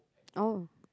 oh